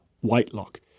Whitelock